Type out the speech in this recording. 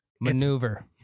Maneuver